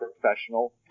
professional